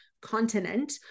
continent